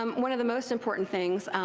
um one of the most important things,